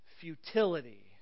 futility